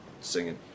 singing